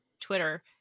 Twitter